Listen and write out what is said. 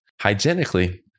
Hygienically